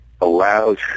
allows